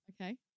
Okay